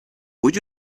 would